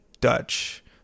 Dutch